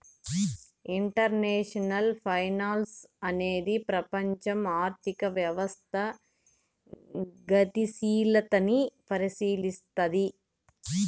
international finance అనేది ప్రపంచం ఆర్థిక వ్యవస్థ గతిశీలతని పరిశీలస్తది